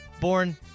born